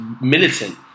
militant